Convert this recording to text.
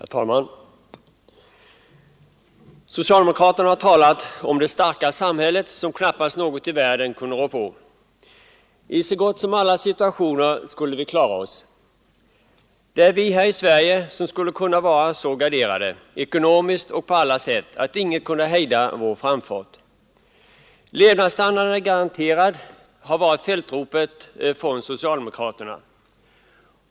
Herr talman! Socialdemokraterna har talat om det starka samhället, som knappast något i världen kunde rå på. I så gott som alla situationer skulle vi klara oss. Vi här i Sverige skulle kunna vara så garderade ekonomiskt och på alla sätt, att inget kunde hejda vår framfart. Levnadsstandarden är garanterad — det har varit fältropet från socialdemokraterna.